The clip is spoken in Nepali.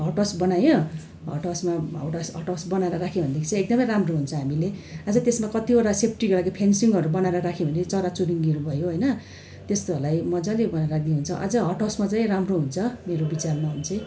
हट हाउस बनायो हट हाउसमा हट हाउस हट हाउस बनाएर राख्यो भनेदेखि चाहिँ एकदमै राम्रो हुन्छ हामीले अझ त्यसमा कतिवटा सेफ्टीको लागि फेन्सिङहरू बनाएर राख्यो भने चराचुरुङ्गीहरू भयो होइन त्यस्तोहरूलाई मजाले ऊ यो गरेर राखिदिए हुन्छ अझ हट हाउसमा चाहिँ राम्रो हुन्छ मेरो विचारमा हो भने चाहिँ